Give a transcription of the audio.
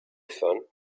fun